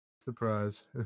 Surprise